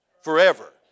forever